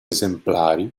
esemplari